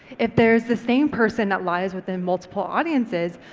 if there's the same person that lies within multiple audiences,